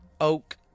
Oak